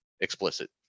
explicit